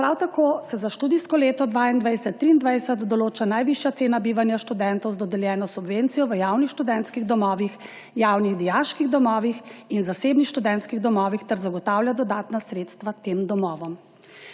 Prav tako se za študijsko leto 2022/23 določa najvišja cena bivanja študentov z dodeljeno subvencijo v javnih študentskih domovih, javnih dijaških domovih in zasebnih študentskih domovih ter se zagotavljajo dodatna sredstva tem domovom.